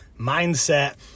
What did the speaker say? Mindset